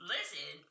Listen